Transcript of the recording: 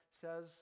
says